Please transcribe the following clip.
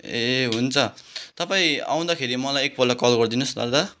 ए हुन्छ तपाईँ आउँदाखेरि मलाई एकपल्ट कल गरिदिनुहोस् न ल दा